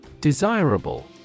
Desirable